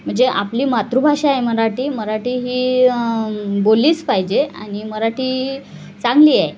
म्हणजे आपली मातृभाषा आहे मराठी मराठी ही बोललीच पाहिजे आणि मराठी चांगली आहे